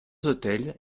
hôtel